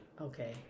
Okay